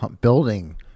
building